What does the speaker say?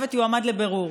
הצוות יועמד לבירור.